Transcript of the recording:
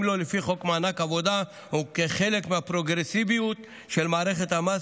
לו לפי חוק מענק עבודה וכחלק מהפרוגרסיביות של מערכת המס,